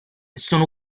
sono